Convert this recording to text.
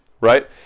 right